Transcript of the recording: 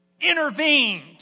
intervened